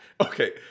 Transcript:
okay